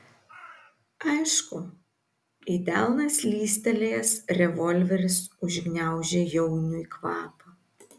aišku į delną slystelėjęs revolveris užgniaužė jauniui kvapą